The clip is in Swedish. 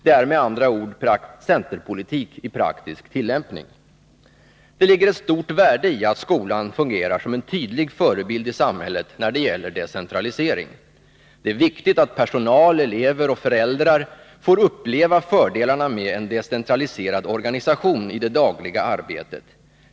Det är med andra ord centerpolitik i praktisk tillämpning. Det ligger ett stort värde i att skolan fungerar som en tydlig förebild i samhället när det gäller decentralisering. Det är viktigt att personal, elever och föräldrar får uppleva fördelarna med en decentraliserad organisation i det dagliga arbetet.